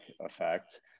effect